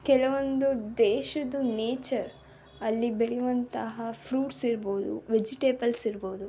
ಕೆಲವೊಂದು ದೇಶದ್ದು ನೇಚರ್ ಅಲ್ಲಿ ಬೆಳೆಯುವಂತಹ ಫ್ರೂಟ್ಸ್ ಇರ್ಬೋದು ವೆಜಿಟೇಬಲ್ಸ್ ಇರ್ಬೋದು